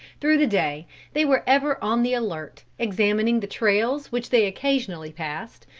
through the day they were ever on the alert, examining the trails which they occasionally passed,